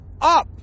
up